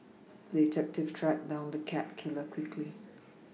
the detective tracked down the cat killer quickly